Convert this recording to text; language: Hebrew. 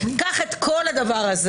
קח את כל הדבר הזה.